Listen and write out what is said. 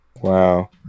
Wow